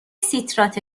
سیتراته